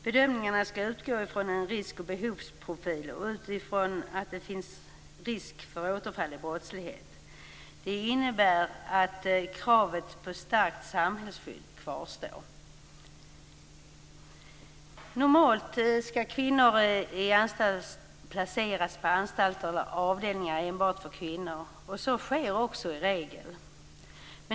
Bedömningarna skall utgå från en risk och behovsprofil, dvs. risken för återfall i brottslighet. Det innebär att kravet på starkt samhällsskydd kvarstår. Normalt skall kvinnor placeras på anstalter eller avdelningar enbart för kvinnor. Så sker i regel.